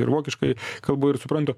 ir vokiškai kalbu ir suprantu